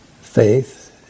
faith